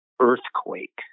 Earthquake